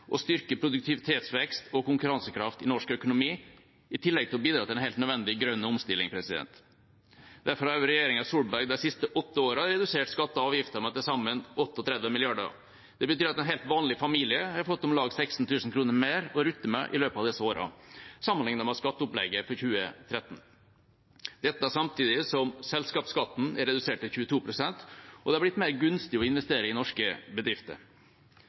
en helt nødvendig grønn omstilling. Derfor har også regjeringa Solberg de siste åtte årene redusert skatter og avgifter med til sammen 38 mrd. kr. Det betyr at en helt vanlig familie har fått om lag 16 000 kr mer å rutte med i løpet av disse årene sammenlignet med skatteopplegget for 2013. Samtidig har selskapsskatten blitt redusert til 22 pst., og det har blitt mer gunstig å investere i norske bedrifter.